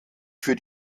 für